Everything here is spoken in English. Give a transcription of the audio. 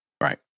Right